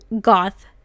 goth